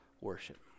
worship